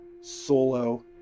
Solo